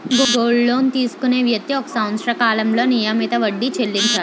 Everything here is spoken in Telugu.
గోల్డ్ లోన్ తీసుకునే వ్యక్తి ఒక సంవత్సర కాలంలో నియమిత వడ్డీ చెల్లించాలి